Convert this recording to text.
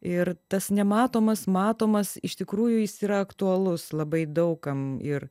ir tas nematomas matomas iš tikrųjų jis yra aktualus labai daug kam ir